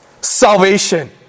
salvation